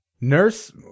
Nurse